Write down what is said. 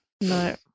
No